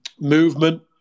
movement